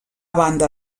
banda